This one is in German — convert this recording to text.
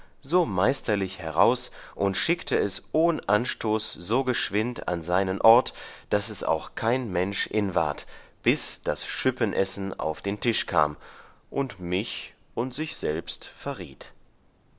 so meisterlich heraus und schickte es ohn anstoß so geschwind an seinen ort daß es auch kein mensch inward bis das schüppenessen auf den tisch kam und mich und sich selbst verriet